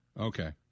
Okay